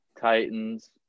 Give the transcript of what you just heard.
Titans